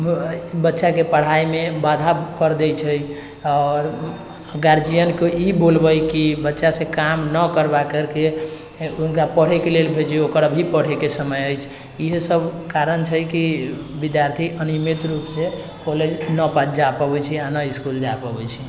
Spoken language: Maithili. बच्चाके पढ़ाइमे बाधा करि दै छै आओर गार्जियनके ई बोलबै कि बच्चासँ काम नहि करबा करिके हुनका पढ़ैके लेल भेजू ओकर अभी पढ़ैके समय अछि इएहसब कारण छै कि विद्यार्थी नियमित रूपसँ कॉलेज नहि जा पबै छै आओर नहि इसकुल जा पबै छै